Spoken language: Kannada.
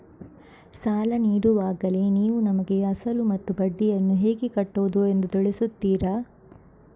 ಸಾಲ ನೀಡುವಾಗಲೇ ನೀವು ನಮಗೆ ಅಸಲು ಮತ್ತು ಬಡ್ಡಿಯನ್ನು ಹೇಗೆ ಕಟ್ಟುವುದು ಎಂದು ತಿಳಿಸುತ್ತೀರಾ?